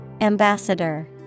Ambassador